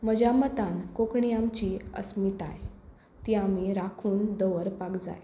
म्हज्या मतान कोंकणी आमची अस्मिताय ती आमी राखून दवरपाक जाय